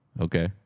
Okay